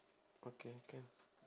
okay can